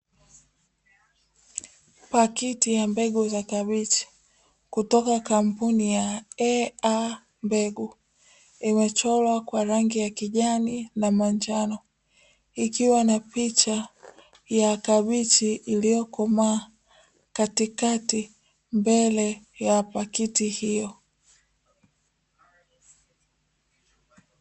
Pakiti ya mbegu za kabichi kutoka kampuni ya "EA mbegu" imechorwa kwa rangi ya kijani na manjano, ikiwa na picha ya kabichi lililokomaa, katikati, mbele ya pakiti hiyo.